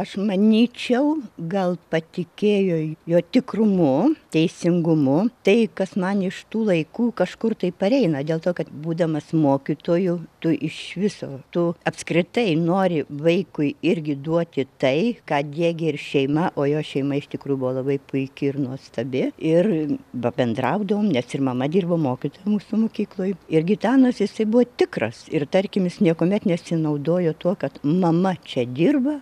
aš manyčiau gal patikėjo jo tikrumu teisingumu tai kas man iš tų laikų kažkur tai pareina dėl to kad būdamas mokytoju tu iš viso tu apskritai nori vaikui irgi duoti tai ką diegia ir šeima o jo šeima iš tikrų buvo labai puiki ir nuostabi ir pabendraudavom nes ir mama dirbo mokytoja mūsų mokykloj ir gitanas jisai buvo tikras ir tarkim jis niekuomet nesinaudojo tuo kad mama čia dirba